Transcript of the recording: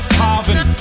carving